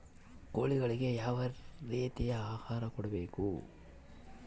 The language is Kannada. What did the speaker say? ಕೋಳಿಗಳಿಗೆ ಯಾವ ರೇತಿಯ ಆಹಾರ ಕೊಡಬೇಕು?